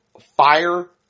fire